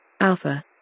Alpha